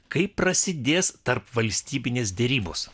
kai prasidės tarpvalstybinės derybos